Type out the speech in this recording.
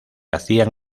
hacían